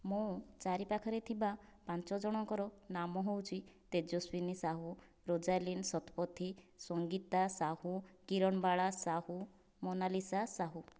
ମୋ ଚାରିପାଖରେ ଥିବା ପାଞ୍ଚ ଜଣଙ୍କର ନାମ ହେଉଛି ତେଜସ୍ୱିନୀ ସାହୁ ରୋଜାଲିନ ଶତପଥୀ ସଙ୍ଗୀତା ସାହୁ କିରଣଵାଲା ସାହୁ ମୋନାଲିସା ସାହୁ